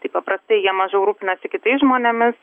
tai paprastai jie mažiau rūpinasi kitais žmonėmis